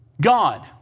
God